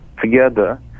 together